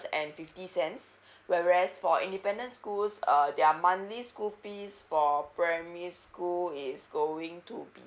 and fifty cents whereas for independent schools err their monthly school fees for primary school is going to be